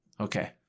Okay